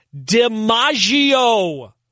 DiMaggio